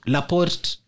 Laporte